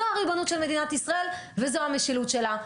זו הריבונות של מדינת ישראל וזו המשילות שלה.